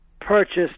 purchased